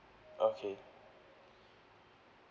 okay